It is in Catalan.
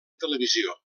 televisió